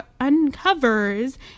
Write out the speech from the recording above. uncovers